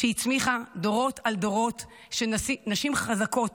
שהצמיחה דורות על דורות של נשים חזקות,